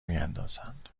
میاندازند